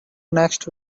next